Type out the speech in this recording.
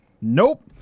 Nope